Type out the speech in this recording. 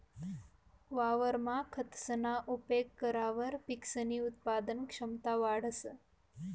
वावरमा खतसना उपेग करावर पिकसनी उत्पादन क्षमता वाढंस